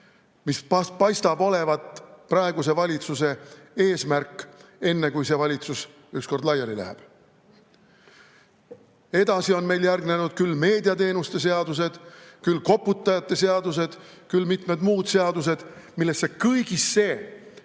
mis paistab olevat praeguse valitsuse eesmärk, enne kui see valitsus ükskord laiali läheb. Edasi on meil järgnenud küll meediateenuste seadused, küll koputajate seadused, küll mitmed muud seadused, millesse kõigisse